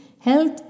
Health